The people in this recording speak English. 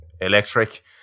electric